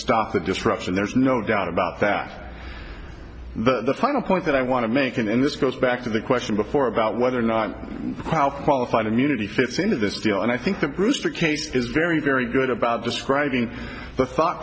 stop the destruction there's no doubt about that the final point that i want to make and this goes back to the question before about whether or not qualified immunity fits into this deal and i think the brewster case is very very good about describing the thought